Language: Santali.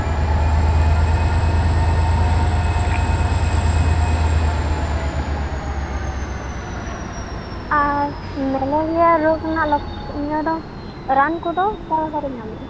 ᱟᱨ ᱢᱮᱞᱮᱨᱤᱭᱟ ᱨᱳᱜᱽ ᱨᱮᱱᱟᱜ ᱨᱟᱱ ᱠᱚᱫᱚ ᱚᱠᱟᱞᱮᱠᱟ ᱨᱮ ᱧᱟᱢᱚᱜᱼᱟ